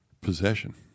possession